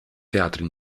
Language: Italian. teatro